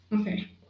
Okay